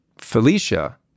Felicia